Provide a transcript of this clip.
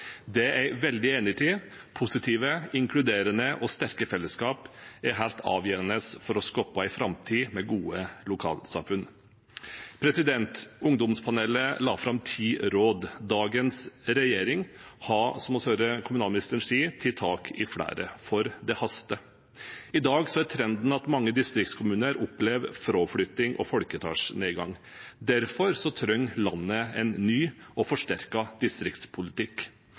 Det er jeg veldig enig i. Positive, inkluderende og sterke fellesskap er helt avgjørende for å skape en framtid med gode lokalsamfunn. Ungdomspanelet la fram ti råd. Dagens regjering har, som vi hører kommunalministeren si, tatt tak i flere, for det haster. I dag er trenden at mange distriktskommuner opplever fraflytting og folketallsnedgang. Derfor trenger landet en ny og forsterket distriktspolitikk. Regjeringen er allerede i gang med en ny stortingsmelding om distriktspolitikk